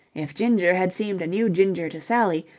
if ginger had seemed a new ginger to sally,